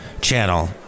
channel